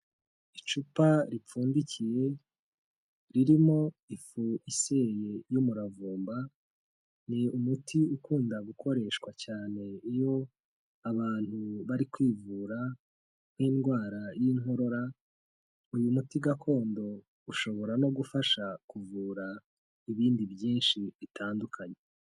Icupa ripfundikiye ririmo ifu iseye y'umuravumba, ni umuti ukunda gukoreshwa cyane iyo abantu bari kwivura nk'indwara y'inkorora, uyu muti gakondo ushobora no gufasha kuvura ibindi byinshi bitandukanye.